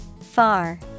Far